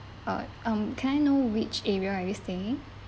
uh um can I know which area are you staying